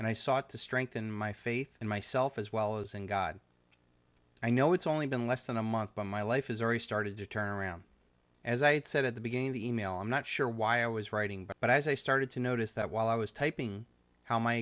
and i sought to strengthen my faith in myself as well as in god i know it's only been less than a month but my life has already started to turn around as i said at the beginning of the email i'm not sure why i was writing but as i started to notice that while i was typing how my